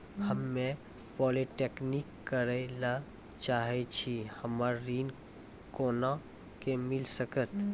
हम्मे पॉलीटेक्निक करे ला चाहे छी हमरा ऋण कोना के मिल सकत?